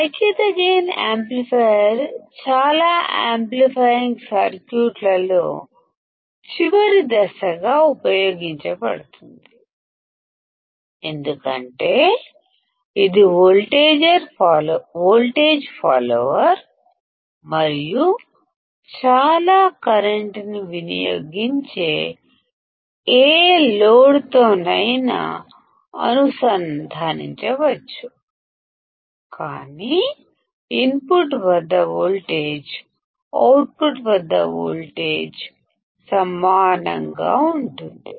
unity gain amplifier చాలా amplifying సర్క్యూట్లలో చివరి దశగా ఉపయోగించబడుతుంది ఎందుకంటే ఇది వోల్టేజ్ ఫాలోయర్ మరియు చాలా కరెంటును వినియోగించే ఏ లోడ్ తోనైనా అనుసంధానించవచ్చు కాని ఇన్పుట్ వద్ద వోల్టేజ్ అవుట్పుట్ వద్ద వోల్టేజ్ కి సమానంగా ఉంటుంది